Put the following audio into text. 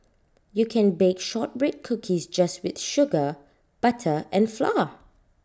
you can bake Shortbread Cookies just with sugar butter and flour